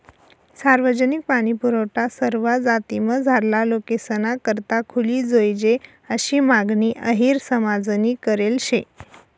सार्वजनिक पाणीपुरवठा सरवा जातीमझारला लोकेसना करता खुली जोयजे आशी मागणी अहिर समाजनी करेल शे